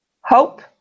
hope